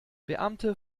beamte